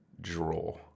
draw